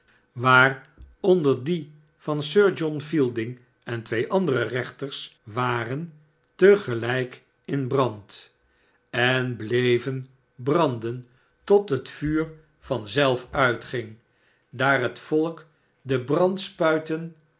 waaronder die van sir john fielding en twee andere reenters waren te gelijk in brand en bleven branden tot het vuur van zelf uitging daar het volk de